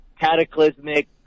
cataclysmic